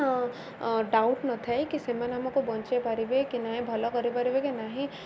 doubt ନ ଥାଏ କି ସେମାନେ ଆମକୁ ବଞ୍ଚେଇ ପାରିବେ କି ନାହିଁ ଭଲ କରିପାରିବେ କି ନାହିଁ